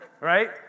Right